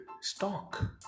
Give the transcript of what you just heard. stock